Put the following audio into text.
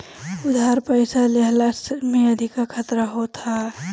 उधार पईसा लेहला में अधिका खतरा होत हअ